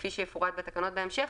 וכפי שיפורט בתקנות בהמשך.